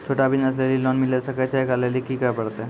छोटा बिज़नस लेली लोन मिले सकय छै? एकरा लेली की करै परतै